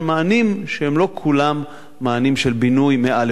שהם לא כולם מענים של בינוי מא' עד ת'.